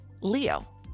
LEO